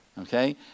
okay